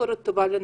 משכורת טובה לנשים,